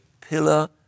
pillar